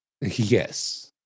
Yes